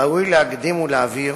ראוי להקדים ולהבהיר